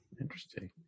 Interesting